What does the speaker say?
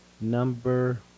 Number